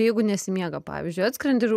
jeigu nesimiega pavyzdžiui atskrendi ir